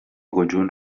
conjunt